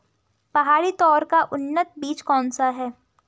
पहाड़ी तोर का उन्नत बीज कौन सा है?